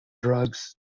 drugs